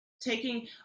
taking